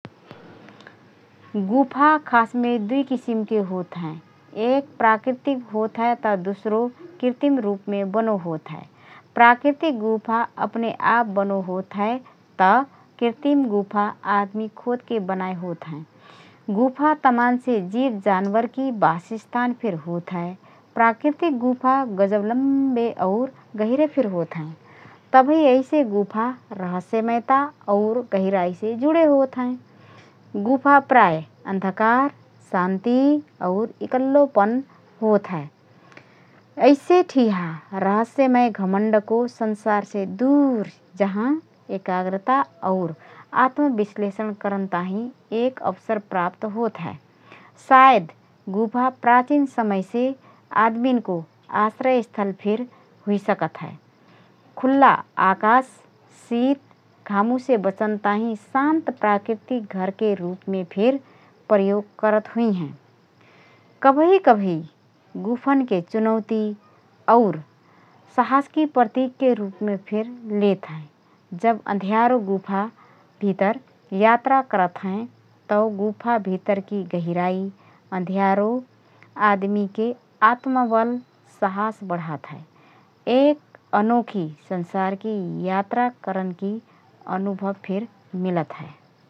गुफा खासमे दुई किसिमके होत हएँ । एक प्राकृतिक होतहए त दुसरो कृतिम रूपमे बनो होतहए । प्राकृतिक गुफा अपने आप बनो होत हए त कृतिम गुफा आदमी खोदके बनाएँ होतहएँ । गुफा तमानसे जीव जानबरकी बासस्थान फिर होत हए । प्राकृतिक गुफा गजब लम्बे और गहिरे फिर होतहएँ । तबही ऐसे गुफा रहस्यमयता और गहिराइसे जुडे होतहएँ । गुफामे प्रायः अन्धकार, शान्ति और इकल्लोपन होत हए । ऐसे ठिहा रहस्यमय घमण्डको संसारसे दुर जहाँ एकाग्रता और आत्म विश्लेषण करन ताहिँ एक अवसर प्राप्त होतहए । सायद गुफा प्राचीन समयमे आदमिनको आश्रय स्थल फिर हुइसकत हए । खुल्ला आकाश, शीत, घामुसे बचन ताहिँ शान्त प्राकृतिक घरके रुपमे फिर प्रयोग करत हुइहएँ । कबही कबही गुफनके चुनौती और साहसकी प्रतीकके रुपमे फिर लेतहएँ । जब अँध्यारो गुफा भितर यात्रा करत हएँ, तओ गुफा भितरकी गहिराइ, अँध्यारो आदमीके आत्मबल, सहास बढात हए । एक अनदेखो संसारकी यात्रा करनकी अनुभव फिर मिलत हए ।